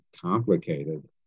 complicated